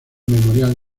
memorial